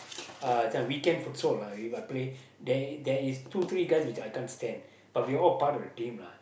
uh this one weekend futsal we might play there there is two three guys which I can't stand but we all part of the team lah